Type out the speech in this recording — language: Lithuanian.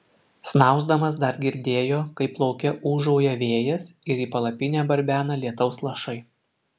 snausdamas dar girdėjo kaip lauke ūžauja vėjas ir į palapinę barbena lietaus lašai